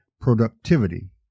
productivity